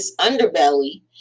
underbelly